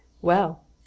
Well